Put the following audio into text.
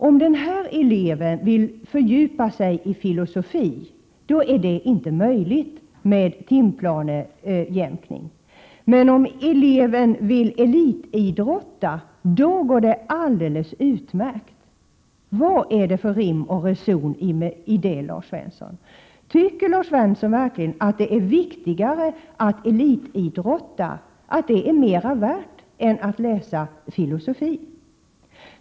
Om den eleven vill fördjupa sig i filosofi är det inte möjligt med timplanejämkning. Men om eleven vill elitidrotta, då går det alldeles utmärkt. Vad är det för rim och reson i detta, Lars Svensson? Tycker verkligen Lars Svensson att det är viktigare att elitidrotta, att det är mer värt än att läsa filosofi?